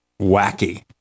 wacky